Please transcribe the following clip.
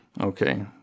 Okay